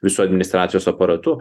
visu administracijos aparatu